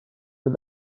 but